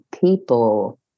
people